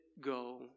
go